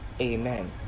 Amen